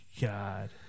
God